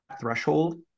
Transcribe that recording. threshold